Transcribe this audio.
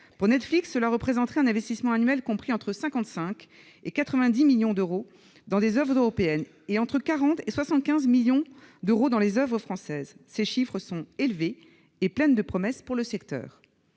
Pour Netflix, cela représenterait un investissement annuel compris entre 55 millions et 90 millions d'euros dans des oeuvres européennes, et entre 40 millions et 75 millions d'euros dans des oeuvres françaises. Ces chiffres sont élevés et pleins de promesses pour le secteur.